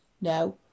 No